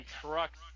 trucks